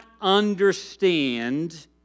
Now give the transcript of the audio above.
understand